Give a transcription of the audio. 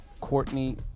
Courtney